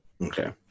Okay